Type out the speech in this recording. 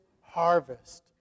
harvest